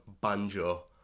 banjo